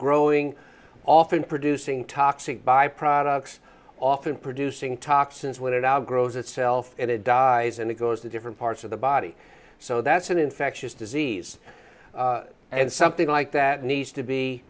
growing off and producing toxic by products often producing toxins when it outgrows itself and it dies and it goes to different parts of the body so that's an infectious disease and something like that needs to be